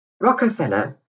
Rockefeller